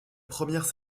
première